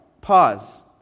pause